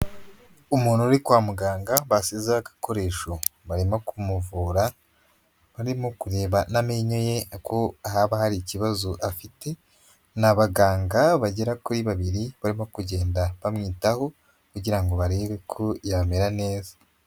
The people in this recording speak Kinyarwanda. Umuntu uri kwa muganga basizeho agakoresho, barimo kumuvura, barimo kureba n'amenyo ye ko haba hari ikibazo afite, ni abaganga bagera kuri babiri, barimo kugenda bamwitaho, kugira ngo barebe ko yamera neza.